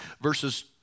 verses